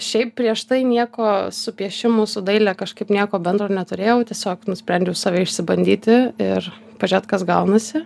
šiaip prieš tai nieko su piešimu su daile kažkaip nieko bendro neturėjau tiesiog nusprendžiau save išsibandyti ir pažėt kas gaunasi